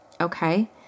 okay